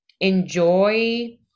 enjoy